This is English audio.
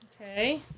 Okay